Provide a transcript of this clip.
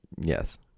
Yes